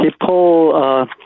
people